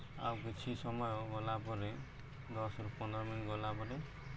ଆଉ କିଛି ସମୟ ଗଲା ପରେ ଦଶରୁ ପନ୍ଦର ମିନିଟ୍ ଗଲା ପରେ